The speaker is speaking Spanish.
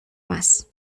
más